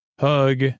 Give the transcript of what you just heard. hug